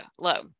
low